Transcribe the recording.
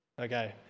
Okay